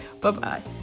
Bye-bye